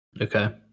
Okay